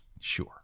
Sure